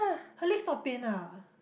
her legs not pain ah